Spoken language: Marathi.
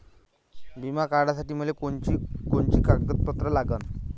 बिमा काढासाठी मले कोनची कोनची कागदपत्र लागन?